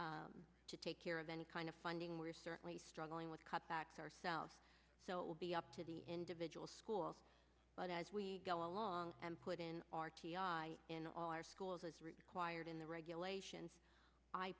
to take care of any kind of funding we're certainly struggling with cutbacks ourselves so it will be up to the individual school but as we go along and put in in all our schools as required in the regulations i